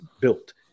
built